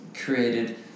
created